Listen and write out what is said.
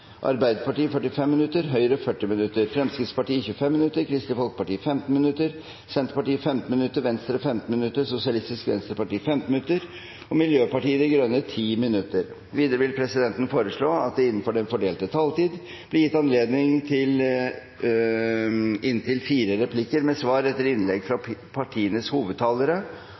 Arbeiderpartiet 45 minutter, Høyre 40 minutter, Fremskrittspartiet 25 minutter, Kristelig Folkeparti 15 minutter, Senterpartiet 15 minutter, Venstre 15 minutter, Sosialistisk Venstreparti 15 minutter og Miljøpartiet De Grønne 10 minutter. Videre vil presidenten foreslå at det blir gitt anledning til replikkordskifte på inntil fire replikker med svar etter innlegg fra